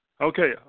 Okay